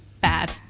bad